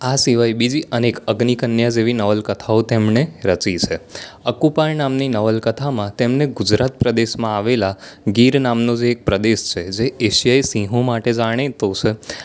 આ સિવાય બીજી અનેક અગ્નિકન્યા જેવી નવલકથાઓ તેમણે રચી છે અકોપા નામની નવલકથામાં તેમણે ગુજરાત પ્રદેશમાં આવેલા ગીર નામનો જે એક પ્રદેશ છે જે એશિયાઈ સિંહો માટે જાણીતો છે